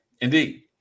Indeed